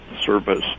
Service